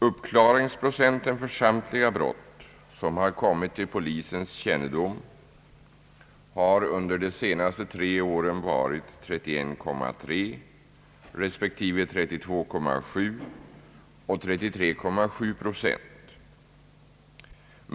Uppklaringsprocenten för samtliga brott som har kommit till polisens kännedom har under de senaste tre åren varit 31,3 resp. 32,7 och 33,7 procent.